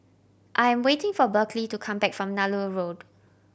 I am waiting for Berkley to come back from Nallur Road